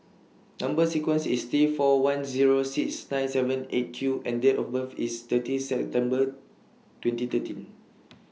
Number sequence IS T four one Zero six nine seven eight Q and Date of birth IS thirty September twenty thirteen